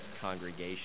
congregation